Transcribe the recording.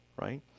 right